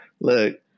look